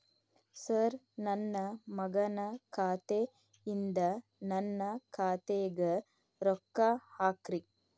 sir ನನ್ನ ಮಗನ ಖಾತೆ ಯಿಂದ ನನ್ನ ಖಾತೆಗ ರೊಕ್ಕಾ ಹಾಕ್ರಿ